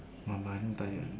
!wah! my hand tired leh